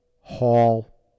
Hall